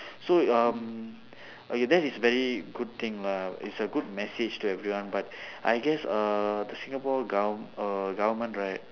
so um okay that is very good thing lah it's a good message to everyone but I guess uh the singapore govern~ err government right